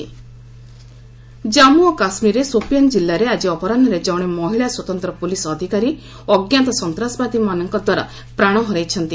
J and K କିଲ୍ ଜାମ୍ମୁ ଓ କାଶ୍କୀରରେ ସୋପିଆନ ଜିଲ୍ଲାରେ ଆଜି ଅପରାହୁରେ ଜଣେ ମହିଳା ସ୍ୱତନ୍ତ୍ର ପୋଲିସ ଅଧିକାରୀ ଅଜ୍ଞାତ ସନ୍ତାସବାଦୀମାନଙ୍କ ଦ୍ୱାରା ପ୍ରାଣ ହରାଇଛନ୍ତି